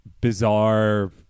bizarre